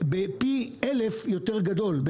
בפי אלף יותר גדול,